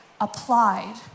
applied